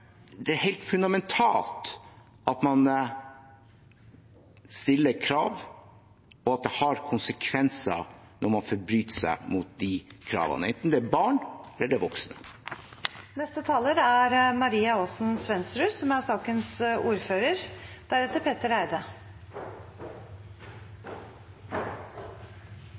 er helt fundamentalt at man stiller krav, og at det har konsekvenser når man forbryter seg mot de kravene, enten det er barn eller voksne. Det